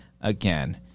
again